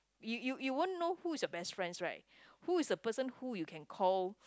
you you you won't know who is your best friends right who is the person who you can call